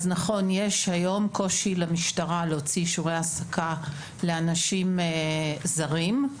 נכון שהיום יש קושי למשטרה להוציא אישורי העסקה לאנשים זרים.